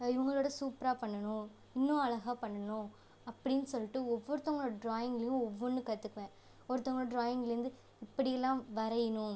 இவங்களோட சூப்பரா பண்ணணும் இன்னு அழகாக பண்ணணும் அப்படின்னு சொல்லிட்டு ஒவ்வொருத்தவங்க ட்ராயிங்லியும் ஒவ்வொன்று கற்றுக்குவேன் ஒருத்தவங்க ட்ராயிங்லேந்து இப்படியிலாம் வரையிணும்